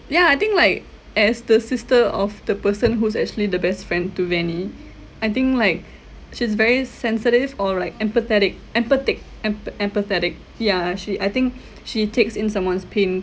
ya I think like as the sister of the person who's actually the best friend to bennie I think like she's very sensitive or like empathetic empathic emp~ empathetic yeah she I think she takes in someone's pain